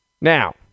Now